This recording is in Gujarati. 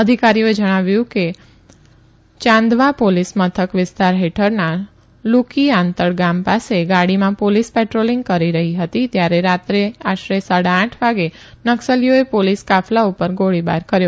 અધિકારીઓએ જણાવ્યું કે યાદવા ોલીસ મથક વિસ્તાર હેઠળના લુકિઆતંડ ગામ ાસે ગાડીમાં ઊલીસ લે દ્રોલીંગ કરી રહી હતી ત્યારે રાત્રે આશરે સાડા આઠ વાગે નકસલીઓએ ોલીસ કાફલા ઉ ર ગોળીબાર કર્યો